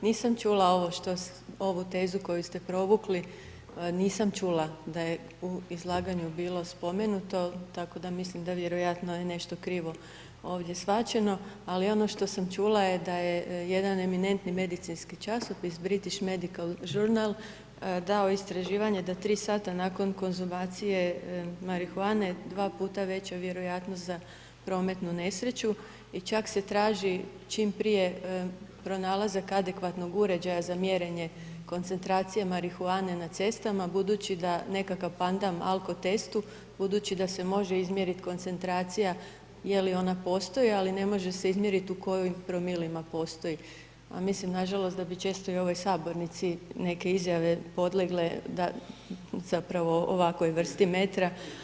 Nisam čula ovo što, ovu tezu koju ste provukli, nisam čula da je u izlaganju bilo spomenuto, tako da mislim da vjerojatno je nešto krivo ovdje shvaćeno, ali ono što sam čula je da je jedan eminentni medicinski časopis British Medical Journal dao istraživanje da 3 sata nakon konzumacije marihuane, 2 puta veća vjerojatnost za prometnu nesreću i čak se traži čim prije pronalazak adekvatnog uređaja za mjerenje koncentracije marihuane na cestama budući da nekakav pandan alkotestu, budući da se može izmjeriti koncentracija, je li ona postoji, ali ne može se izmjeriti u kojim promilima postoji, a mislim, nažalost da bi često i ovoj sabornici neke izjave podlegle da zapravo ovakvoj vrsti metra.